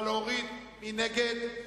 מי נגד?